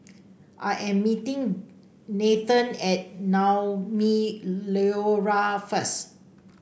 I am meeting Nathen at Naumi Liora first